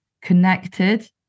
connected